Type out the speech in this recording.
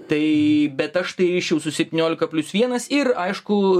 tai bet aš tai iš jūsų septyniolika plius vienas ir aišku